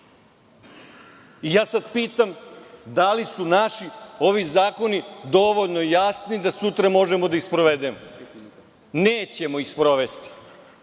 akt. Pitam da li su naši ovi zakoni dovoljno jasni da sutra možemo da ih sprovedemo? Nećemo ih sprovesti. Problem